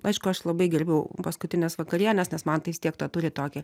aišku aš labai gerbiu paskutines vakarienes nes man tai vis tiek tą turi tokį